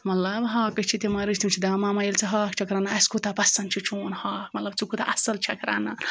مطلب ہاکھَس چھِ تِمَن رِش تِم چھِ دَپان مَما ییٚلہِ ژٕ ہاکھ چھَکھ رَنان اَسہِ کوٗتاہ پَسنٛد چھِ چون ہاکھ مطلب ژٕ کوٗتاہ اَصٕل چھَکھ رَنان